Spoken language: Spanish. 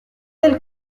del